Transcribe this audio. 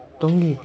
等你